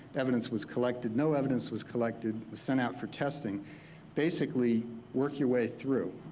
evidence was collected, no evidence was collected, was sent out for testing basically work your way through,